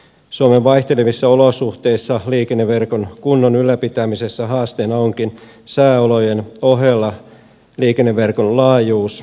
suomen vaihtelevissa olosuhteissa liikenneverkon kunnon ylläpitämisessä haasteena onkin sääolojen ohella liikenneverkon laajuus